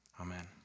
amen